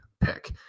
pick